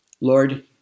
Lord